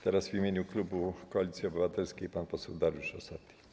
Teraz w imieniu klubu Koalicja Obywatelska pan poseł Dariusz Rosati.